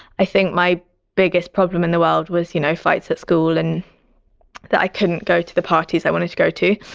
i think my biggest problem in the world was, you know, fights at school and that i couldn't go to the parties i wanted to go to.